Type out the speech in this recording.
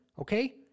okay